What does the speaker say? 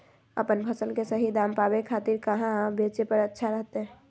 अपन फसल के सही दाम पावे खातिर कहां बेचे पर अच्छा रहतय?